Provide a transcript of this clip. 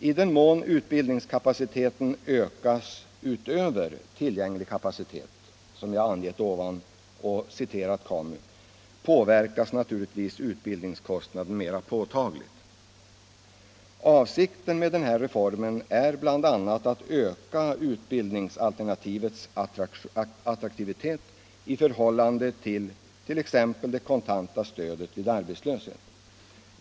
I den mån utbildningskapaciteten ökas utöver tillgänglig kapacitet — som jag här har angivit när jag citerat KAMU -— påverkas utbildningskostnaderna mera påtagligt. Avsikten med denna reform är bl.a. att öka utbildningsalternativets 149 attraktivitet i förhållande till t.ex. det kontanta stödet vid arbetslöshet.